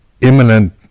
imminent